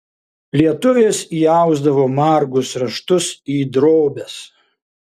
lietuvės įausdavo margus raštus į drobes